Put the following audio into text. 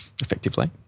effectively